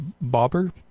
Bobber